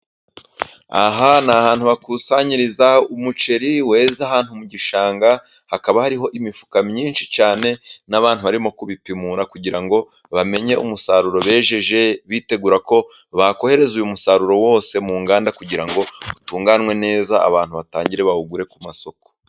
Aha ni ahantu hakusanyirizwa umuceri weze ahantu mu gishanga, hakaba hariho imifuka myinshi cyane n'abantu barimo kubipimura kugira ngo bamenye umusaruro bejeje bitegura ko bakohereza uyu mu umusaruro wose mu nganda kugira ngo utunganwe neza abantu batangire bawugure ku masoko.